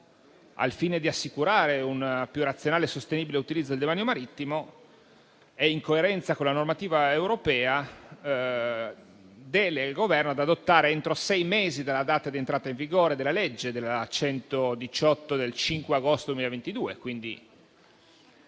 al fine di assicurare un più razionale e sostenibile utilizzo del demanio marittimo e in coerenza con la normativa europea, ad adottare, entro sei mesi dalla data di entrata in vigore della legge n. 118 del 5 agosto 2022